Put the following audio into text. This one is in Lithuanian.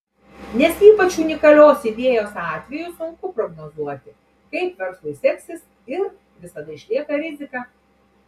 nes ypač unikalios idėjos atveju sunku prognozuoti kaip verslui seksis ir visada išlieka rizika